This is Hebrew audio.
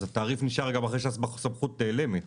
אז התעריף נשאר גם אחרי שהסמכות נעלמת,